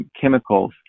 chemicals